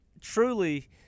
Truly